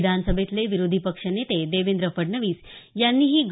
विधानसभेतले विरोधी पक्ष नेते देवेंद्र फडणवीस यांनीही ग